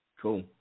Cool